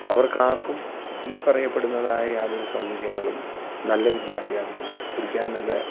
അവർക്കാർക്കും ഈ പറയപ്പെടുന്നതായ യാതൊരു സൗകര്യങ്ങളും നല്ല വിദ്യാഭ്യാസം കുടിക്കാൻ നല്ല